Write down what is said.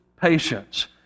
patience